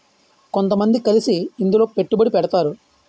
కొంతమంది కలిసి ఇందులో పెట్టుబడి పెడతారు